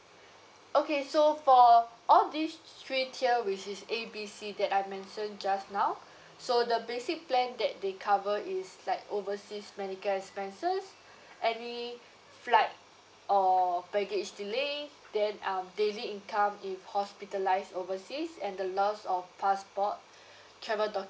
okay so for all these three tier which is A B C that I'd mentioned just now so the basic plan that they cover is like overseas medical expenses any flight or baggage delay then um daily income if hospitalised overseas and the lost of passport travel documents